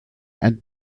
and